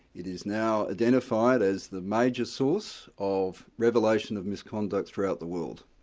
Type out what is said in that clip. it is now identified as the major source of revelation of misconduct throughout the world.